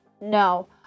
No